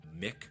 Mick